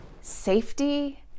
safety